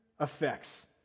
effects